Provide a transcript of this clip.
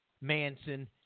Manson